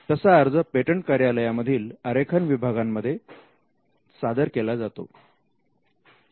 तसा अर्ज पेटंट कार्यालयांमधील आरेखन विभागांमध्ये सादर केला जातो